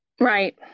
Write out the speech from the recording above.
Right